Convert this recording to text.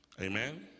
Amen